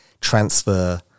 transfer